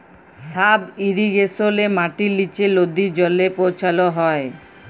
sub ইরিগেশলে মাটির লিচে লদী জলে পৌঁছাল হ্যয়